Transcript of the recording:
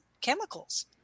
chemicals